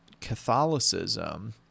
Catholicism